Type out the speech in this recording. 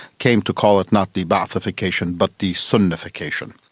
came to call it not de-ba'athification but de-sunnification.